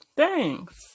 thanks